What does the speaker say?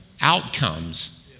outcomes